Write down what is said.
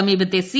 സമീപത്തെ സി